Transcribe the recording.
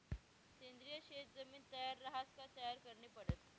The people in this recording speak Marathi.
सेंद्रिय शेत जमीन तयार रहास का तयार करनी पडस